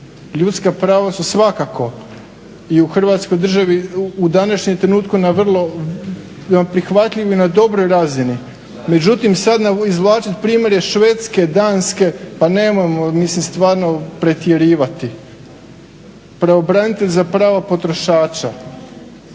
Ljudska prava su svakako i u Hrvatskoj državi u današnjem trenutku na prihvatljivoj i na dobroj razini, međutim sada izvlačiti primjere Švedske, Danske, pa nemojmo stvarno pretjerivati. Pravobranitelj za prava potrošača?